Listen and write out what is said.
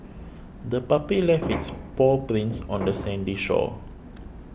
the puppy left its paw prints on the sandy shore